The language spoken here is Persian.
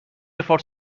فارس